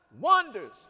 wonders